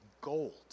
gold